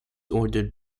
ordered